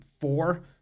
four